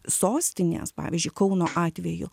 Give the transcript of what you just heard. sostinės pavyzdžiui kauno atveju